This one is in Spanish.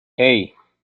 hey